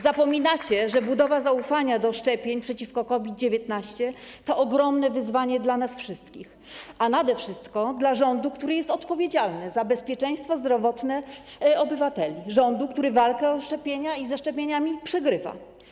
Zapominacie, że budowa zaufania do szczepień przeciwko COVID-19 to ogromne wyzwanie dla nas wszystkich, a nade wszystko dla rządu, który jest odpowiedzialny za bezpieczeństwo zdrowotne obywateli, dla rządu, który walkę o szczepienia i ze szczepieniami przegrywa.